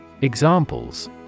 Examples